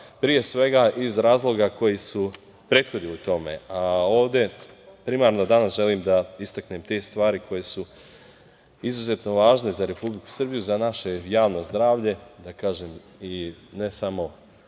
pre svega iz razloga koji su prethodili tome. Ovde primarno danas želim da istaknem te stvari koje su izuzetno važne za Republiku Srbiju, za naše javno zdravlje, ne samo